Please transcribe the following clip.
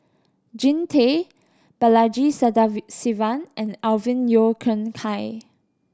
Jean Tay Balaji Sadasivan and Alvin Yeo Khirn Hai